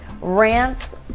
Rants